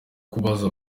kubaza